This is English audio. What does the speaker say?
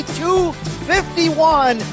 251